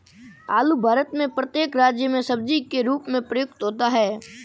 आलू भारत में प्रत्येक राज्य में सब्जी के रूप में प्रयुक्त होता है